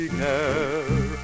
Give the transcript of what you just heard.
care